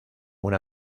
una